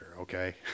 okay